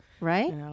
Right